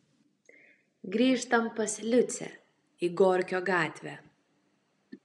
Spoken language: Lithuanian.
grįžtam pas liucę į gorkio gatvę